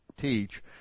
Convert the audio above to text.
teach